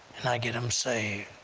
and i get them saved.